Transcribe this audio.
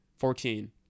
Fourteen